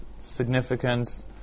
significance